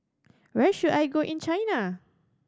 where should I go in China